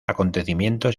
acontecimientos